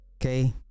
okay